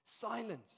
silence